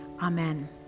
amen